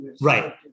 Right